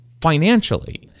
financially